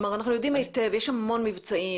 כלומר, אנחנו יודעים היטב, יש המון מבצעים.